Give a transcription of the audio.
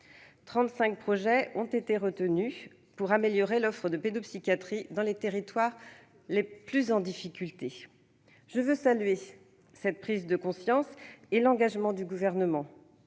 projets ont été retenus pour améliorer l'offre de pédopsychiatrie dans les territoires les plus en difficulté. Je veux saluer cette prise de conscience et l'engagement du Gouvernement.